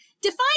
define